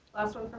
that's it?